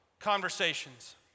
conversations